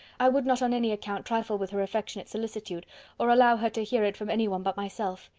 i would not on any account trifle with her affectionate solicitude or allow her to hear it from anyone but myself.